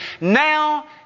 now